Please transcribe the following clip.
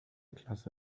klasse